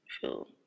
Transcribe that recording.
feel